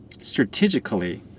strategically